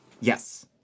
Yes